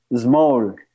small